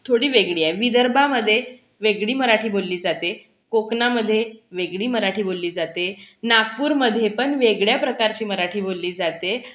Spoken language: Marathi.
थोडी वेगळी आहे विदर्भामध्ये वेगळी मराठी बोलली जाते कोकणामध्ये वेगळी मराठी बोलली जाते नागपूरमध्ये पण वेगळ्या प्रकारची मराठी बोलली जाते